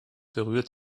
berührt